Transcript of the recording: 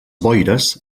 boires